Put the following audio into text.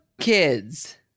kids